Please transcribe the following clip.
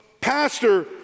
pastor